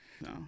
No